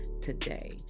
today